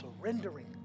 surrendering